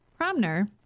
Cromner